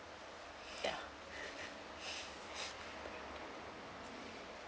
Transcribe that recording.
ya